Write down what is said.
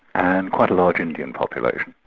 and quite a large indian population.